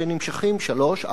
שנמשכים שלוש,